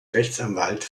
rechtsanwalt